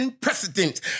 precedent